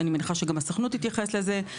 ואני מניחה שגם הסוכנות תתייחס לזה,